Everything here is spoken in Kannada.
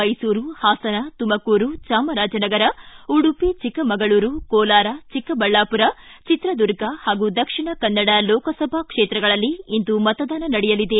ಮೈಸೂರು ಪಾಸನ ತುಮಕೂರು ಚಾಮರಾಜನಗರ ಉಡುಪಿ ಚಿಕ್ಕಮಗಳೂರು ಕೋಲಾರ ಚಿಕ್ಕಬಳ್ಳಾಮರ ಚಿತ್ರದುರ್ಗ ಹಾಗೂ ದಕ್ಷಿಣ ಕನ್ನಡ ಲೋಕಸಭಾ ಕ್ಷೇತ್ರಗಳಲ್ಲಿ ಇಂದು ಮತದಾನ ನಡೆಯಲಿದೆ